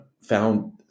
found